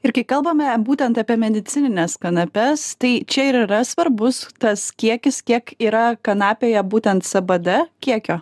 ir kai kalbame būtent apie medicinines kanapes tai čia ir yra svarbus tas kiekis kiek yra kanapėje būtent cbd kiekio